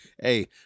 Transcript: hey